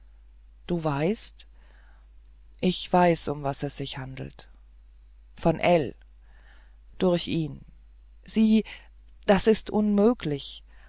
du weißt ich weiß um was es sich handelt von ell durch ihn sieh das ist unmöglich